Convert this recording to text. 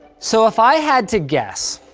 so if i had to guess,